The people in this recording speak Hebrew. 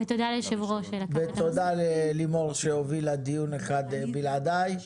ותודה ליושב-ראש.) ותודה ללימור שהובילה דיון אחד בלעדי.